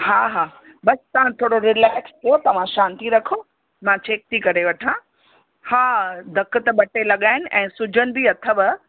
हा हा बस तव्हां थोरो रिलैक्स कयो तव्हां शांती रखो मां चैक थी करे वठां हा धकु त ॿ टे लॻा आहिनि ऐं सूजनु बि अथव